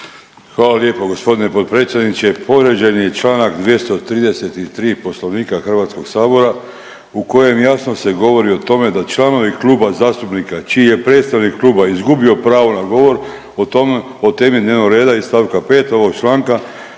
Hvala lijepo g. potpredsjedniče. Povrijeđen je čl. 233. Poslovnika HS u kojem jasno se govori o tome da članovi kluba zastupnika čiji je predstavnik kluba izgubio pravo na govor o tome, o temi dnevnog reda iz st. 5. ovog članka